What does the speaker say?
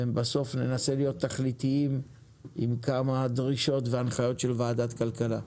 ובסוף ננסה להיות תכליתיים עם כמה דרישות והנחיות של ועדת הכלכלה.